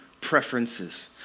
preferences